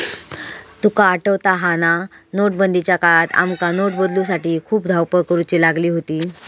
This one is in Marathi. तुका आठवता हा ना, नोटबंदीच्या काळात आमका नोट बदलूसाठी खूप धावपळ करुची लागली होती